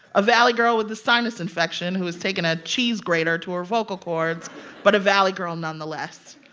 a valley girl with a sinus infection who has taken a cheese grater to her vocal cords but a valley girl nonetheless.